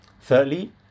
Thirdly